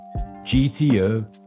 GTO